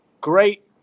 Great